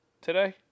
Today